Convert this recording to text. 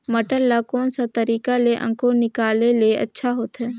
मटर ला कोन सा तरीका ले अंकुर निकाले ले अच्छा होथे?